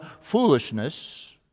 Foolishness